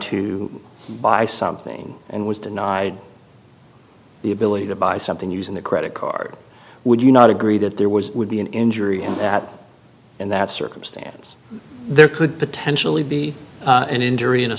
to buy something and was denied the ability to buy something using the credit card would you not agree that there was would be an injury and that in that circumstance there could potentially be an injury in a